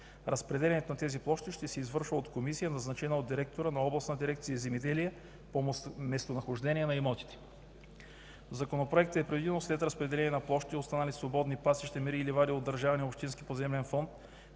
Разпределянето на тези площи ще се извършва от комисия, назначена от директора на областна дирекция „Земеделие” по местонахождение на имотите. В законопроекта е предвидено след разпределение на площи, останали свободни пасища, мери и ливади от държавния и общинския поземлен фонд,